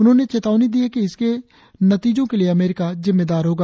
उन्होंने चेतावनी दी है कि इसके नतीजों के लिए अमरीका जिम्मेदार होगा